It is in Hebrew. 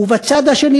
ובצד השני,